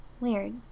Weird